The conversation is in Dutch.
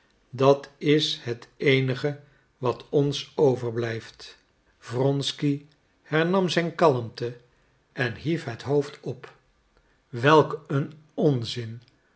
dat is het eenige wat ons over blijft wronsky hernam zijn kalmte en hief het hoofd op welk een onzin